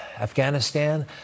Afghanistan